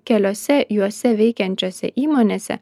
keliose juose veikiančiose įmonėse